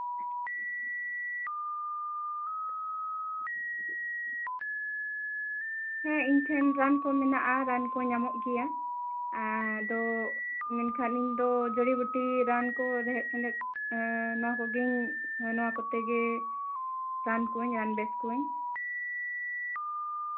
ᱦᱮᱸ ᱤᱧ ᱴᱷᱮᱱ ᱨᱟᱱ ᱠᱚ ᱢᱮᱱᱟᱜᱼᱟ ᱨᱟᱱ ᱠᱚ ᱧᱟᱢᱚᱜ ᱜᱮᱭᱟ ᱟᱫᱚ ᱢᱮᱱᱠᱷᱟᱱ ᱤᱧ ᱫᱚ ᱡᱚᱲᱤᱵᱚᱴᱤ ᱨᱟᱱ ᱠᱚ ᱨᱮᱦᱮᱫᱼᱥᱮᱸᱫᱮᱫ ᱱᱚᱣᱟ ᱠᱚᱜᱮᱧ ᱱᱚᱣᱟ ᱠᱚᱛᱮ ᱜᱮ ᱨᱟᱱ ᱠᱚᱣᱟᱹᱧ ᱨᱟᱱ ᱵᱮᱥ ᱠᱚᱣᱟᱹᱧ